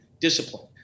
discipline